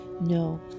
No